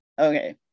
Okay